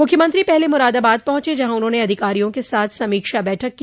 मुख्यमंत्री पहले मुरादाबाद पहुंचे जहां उन्होंने अधिकारियों के साथ समीक्षा बैठक की